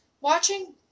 Watching